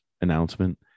announcement